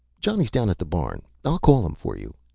johnny's down at the barn. i'll call him for you.